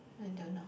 I don't know